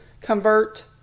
convert